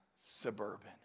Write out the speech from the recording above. suburban